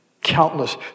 countless